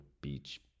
beach